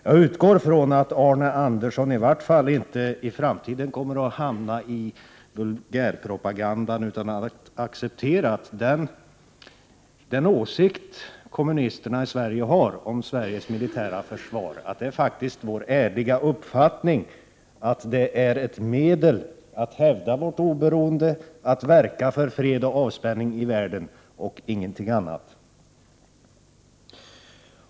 Jag utgår från att Arne Andersson i Ljung i framtiden inte kommer att hemfalla åt vulgärpropaganda, utan att han accepterar den åsikt kommunisterna i Sverige har om Sveriges militära försvar. Det är faktiskt vår ärliga uppfattning att försvaret är ett medel för att hävda vårt oberoende, att verka för fred och avspänning i världen, och ingenting annat.